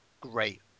great